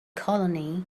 colony